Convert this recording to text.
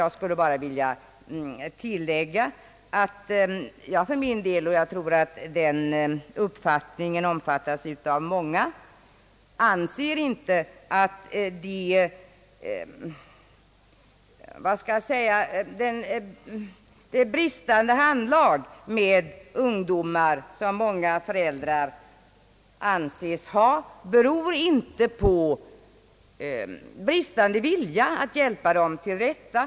Jag skulle bara vilja tillägga att jag för min del — och jag tror att den uppfattningen omfattas av många — inte anser att, skall vi säga, det bristande handlag som många föräldrar har i umgänget med ungdomar beror på bristande vilja att hjälpa ungdomarna till rätta.